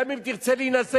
גם אם היא תרצה להינשא,